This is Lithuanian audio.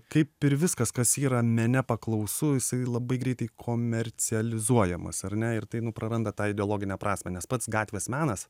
kaip ir viskas kas yra mene paklausu jisai labai greitai komercializuojamas ar ne ir tai nu praranda tą ideologinę prasmę nes pats gatvės menas